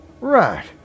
right